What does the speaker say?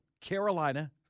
Carolina